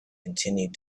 continued